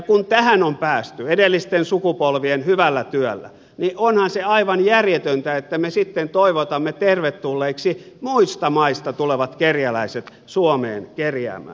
kun tähän on päästy edellisten sukupolvien hyvällä työllä niin onhan se aivan järjetöntä että me sitten toivotamme tervetulleiksi muista maista tulevat kerjäläiset suomeen kerjäämään